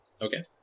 Okay